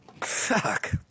Fuck